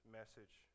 message